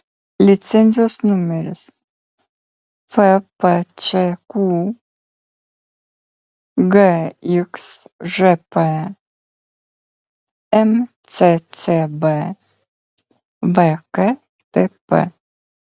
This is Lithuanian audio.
licenzijos numeris fpčq gxžp mccb vktp